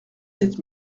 sept